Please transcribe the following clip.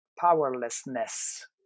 powerlessness